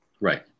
Right